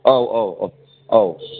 औ औ औ औ